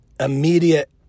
immediate